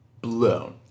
blown